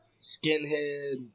skinhead